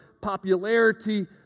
popularity